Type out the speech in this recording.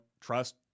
trust